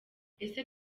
ese